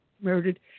murdered